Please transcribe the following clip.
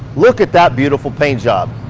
look at that beautiful paint job.